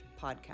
podcast